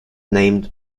named